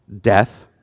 death